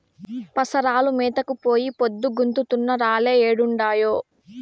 పసరాలు మేతకు పోయి పొద్దు గుంకుతున్నా రాలే ఏడుండాయో